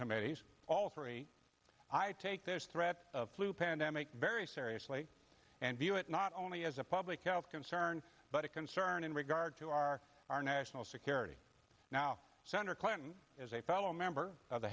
committees all three i take this threat of flu pandemic very seriously and view it not only as a public health concern but a concern in regard to our national security now senator clinton is a fellow member of the